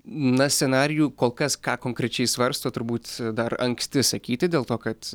na scenarijų kol kas ką konkrečiai svarsto turbūt dar anksti sakyti dėl to kad